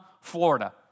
Florida